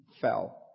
fell